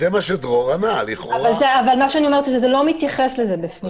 מה שאני אומרת שאין התייחסות בפנים בסופו של דבר.